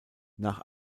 nach